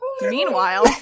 Meanwhile